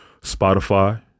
Spotify